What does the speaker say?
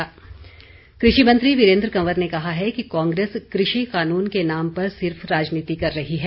कृषि कानून कृषि मंत्री वीरेन्द्र कंवर ने कहा है कि कांग्रेस कृषि कानून के नाम पर सिर्फ राजनीति कर रही है